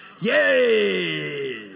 Yay